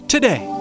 Today